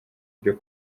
byo